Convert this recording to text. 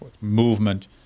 movement